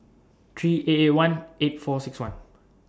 three eight eight one eight four six one